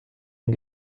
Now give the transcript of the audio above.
den